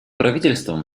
правительствам